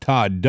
Todd